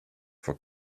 for